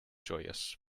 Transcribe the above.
joyous